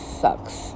sucks